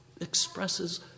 expresses